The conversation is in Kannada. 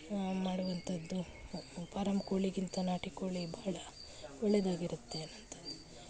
ಮಾಡುವಂಥದ್ದು ಪಾರಂ ಕೋಳಿಗಿಂತ ನಾಟಿ ಕೋಳಿ ಭಾಳ ಒಳ್ಳೆಯದ್ದಾಗಿರುತ್ತೆ ಅನ್ನುವಂಥದ್ದು